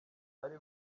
ari